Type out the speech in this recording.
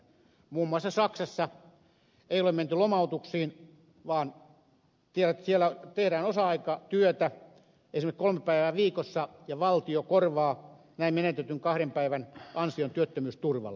muun muassa saksassa ei ole menty lomautuksiin vaan siellä tehdään osa aikatyötä esimerkiksi kolme päivää viikossa ja valtio korvaa näin menetetyn kahden päivän ansion työttömyysturvalla